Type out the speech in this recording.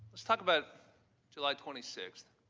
let's talk about july twenty six